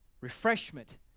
Refreshment